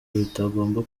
bitagomba